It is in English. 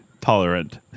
tolerant